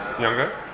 younger